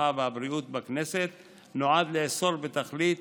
הרווחה והבריאות בכנסת נועד לאסור בתכלית